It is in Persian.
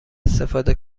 استفاده